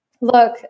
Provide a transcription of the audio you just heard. look